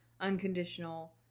unconditional